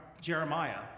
Jeremiah